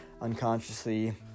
unconsciously